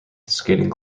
skating